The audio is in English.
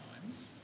times